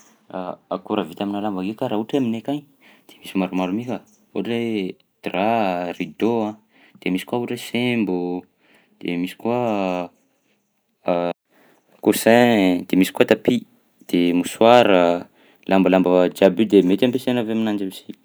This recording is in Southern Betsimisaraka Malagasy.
Akora vita aminà lamba eka raha ohatra aminay akagny de misy maromaro mi ha, ohatra hoe drap, rideau a, de misy koa ohatra hoe sembo, de misy koa coussin, de misy koa tapis, de mosoara, lambalamba jiaby io de mety ampiasaina avy aminanjy aby si.